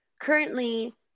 currently